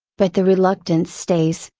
but the reluctance stays,